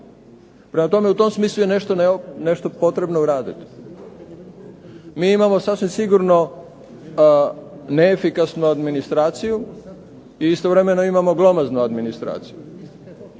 Prema tome u tom smislu je nešto potrebno uraditi. Mi imamo sasvim sigurno neefikasnu administraciju i istovremeno imamo glomaznu administraciju.